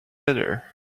bitter